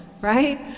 right